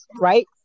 right